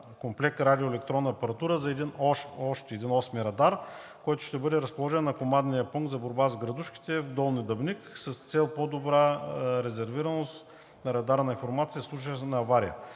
комплект радиоелектронна апаратура за още един – осми радар, който ще бъде разположен на командния пункт за борба с градушките в град Долни Дъбник, с цел по-добра резервираност на радарната информация в случай на авария.